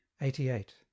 Eighty-eight